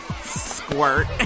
Squirt